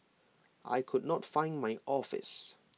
I could not find my office